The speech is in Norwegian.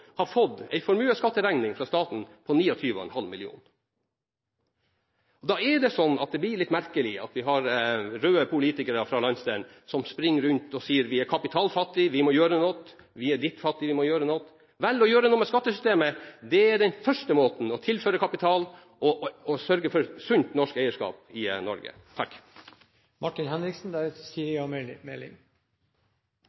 ha fått en formuesskatteregning fra staten på 29,5 mill. kr. Da blir det litt merkelig at vi har røde politikere fra landsdelen som springer rundt og sier at man er kapitalfattig ditt og kapitalfattig datt. Vel, å gjøre noe med skattesystemet er den første måten å tilføre kapital på og sørge for et sunt, norsk eierskap i Norge.